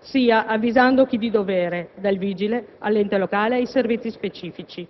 sia avvisando chi di dovere, dal vigile, all'ente locale, ai servizi specifici.